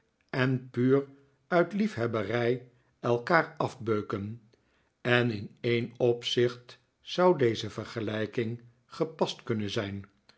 en puur uit liefhebberij elkaar afbeuken en in een opzicht zou deze vergelijking gepast kunnen zijn